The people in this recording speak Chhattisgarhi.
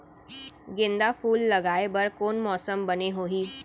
गेंदा फूल लगाए बर कोन मौसम बने होही?